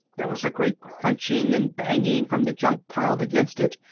there was a great crunching and banging from the junk piled against it,